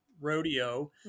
rodeo